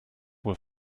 wohl